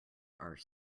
are